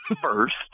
first